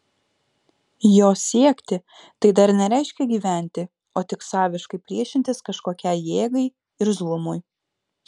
jos siekti tai dar nereiškia gyventi o tik saviškai priešintis kažkokiai jėgai irzlumui